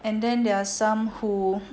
and then there are some who